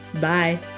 bye